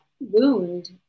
wound